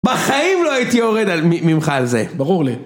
בחיים לא הייתי יורד ממך על זה, ברור לי.